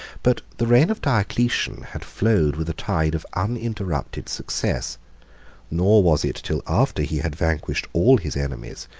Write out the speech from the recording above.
but the reign of diocletian had flowed with a tide of uninterrupted success nor was it till after he had vanquished all his enemies,